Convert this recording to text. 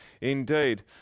indeed